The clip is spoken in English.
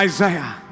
Isaiah